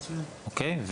אוקיי?